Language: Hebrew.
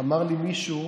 אמר לי מישהו